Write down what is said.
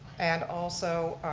and, also,